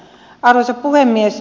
arvoisa puhemies